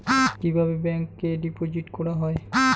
কিভাবে ব্যাংকে ডিপোজিট করা হয়?